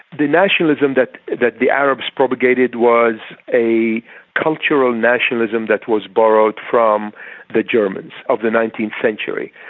the nationalism that that the arabs propagated was a cultural nationalism that was borrowed from the germans of the nineteenth century.